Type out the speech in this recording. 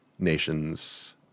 nations